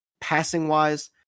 Passing-wise